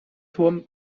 turm